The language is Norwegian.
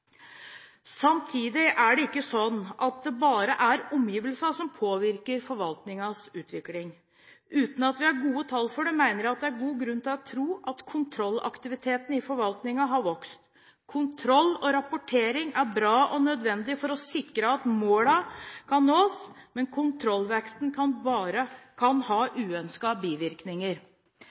Samtidig er det ikke sånn at det bare er omgivelsene som påvirker forvaltningens utvikling. Uten at vi har gode tall for det, mener jeg at det er god grunn til å tro at kontrollaktiviteten i forvaltningen har vokst. Kontroll og rapportering er bra og nødvendig for å sikre at målene kan nås. Men kontrollveksten kan ha uønskede bivirkninger: